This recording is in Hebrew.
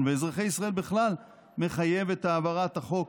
ואזרחי ישראל בכלל מחייב את העברת החוק.